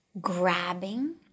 grabbing